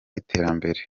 iterambere